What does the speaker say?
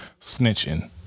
Snitching